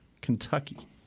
Kentucky